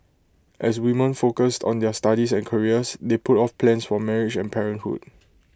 as women focused on their studies and careers they put off plans for marriage and parenthood